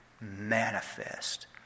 manifest